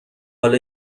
حالا